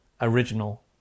original